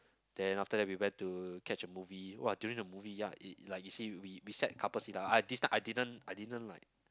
then after that we went to catch a movie !wah! during the movie ya it it like you say we we say sat couple seat lah ah this time I didn't I didn't like